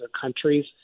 countries